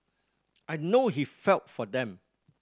I know he felt for them